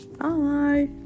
Bye